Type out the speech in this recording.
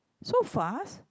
so fast